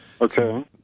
Okay